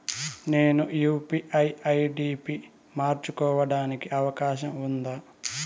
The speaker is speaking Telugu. నేను యు.పి.ఐ ఐ.డి పి మార్చుకోవడానికి అవకాశం ఉందా?